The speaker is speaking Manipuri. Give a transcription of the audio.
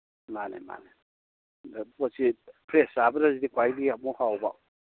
ꯃꯥꯅꯦ ꯃꯥꯅꯦ ꯄꯣꯠꯁꯦ ꯐ꯭ꯔꯦꯁ ꯆꯥꯕꯅꯗꯤ ꯈ꯭ꯋꯥꯏꯗꯩ ꯑꯃꯨꯛ ꯍꯥꯎꯕ